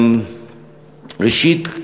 ראשית,